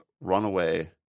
Runaway